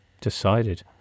decided